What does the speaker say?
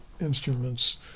instruments